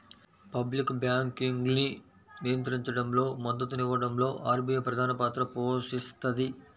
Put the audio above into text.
public బ్యాంకింగ్ను నియంత్రించడంలో, మద్దతునివ్వడంలో ఆర్బీఐ ప్రధానపాత్ర పోషిస్తది